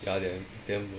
ya then it's damn